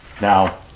Now